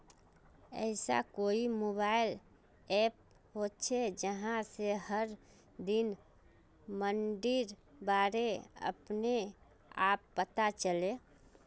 ऐसा कोई mobile app होचे जहा से हर दिन मंडीर बारे अपने आप पता चले?